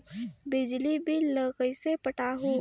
बिजली बिल ल कइसे पटाहूं?